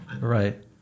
right